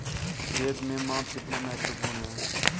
खेत में माप कितना महत्वपूर्ण है?